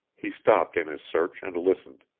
he stopped in his search and listened.